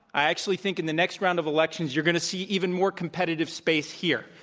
i actually think in the next round of elections you're going to see even more competitive space here.